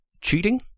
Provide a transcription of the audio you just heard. cheating